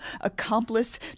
accomplice